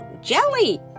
jelly